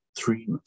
Three